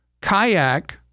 Kayak